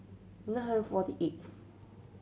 nine hundred forty eighth